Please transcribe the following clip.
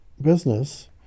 business